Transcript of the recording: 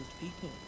people